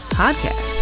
podcast